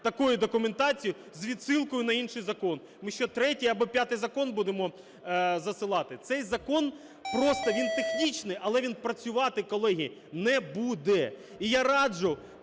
такої документації з відсилкою на інший закон? Ми що, третій або п'ятий закон будемо засилати? Цей закон, просто він технічний, але він працювати, колеги, не буде. І я раджу